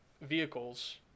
Vehicles